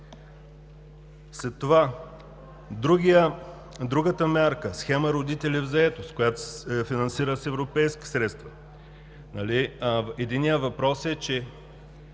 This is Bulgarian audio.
След това, другата мярка – схема „Родители в заетост“, която се финансира с европейски средства. Единият въпрос е, че